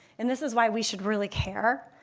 and this is why we should really care,